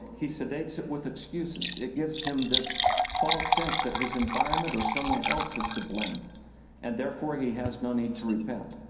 he sedates it with excuses. it gives him a false sense that his environment or someone else is to blame and therefore he has no need to repent.